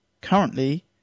currently